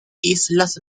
islas